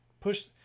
push